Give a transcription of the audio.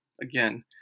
again